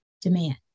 demand